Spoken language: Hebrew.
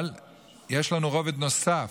אבל יש לנו רובד נוסף,